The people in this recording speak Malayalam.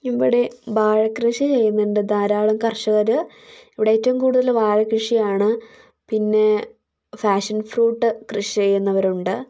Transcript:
ഇവിടെ വാഴക്കൃഷി ചെയ്യുന്നുണ്ട് ധാരാളം കർഷകർ ഇവിടെ ഏറ്റവും കൂടുതൽ വാഴക്കൃഷിയാണ് പിന്നെ ഫാഷൻ ഫ്രൂട്ട് കൃഷി ചെയ്യുന്നവരുണ്ട്